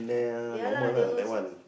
ya lah they also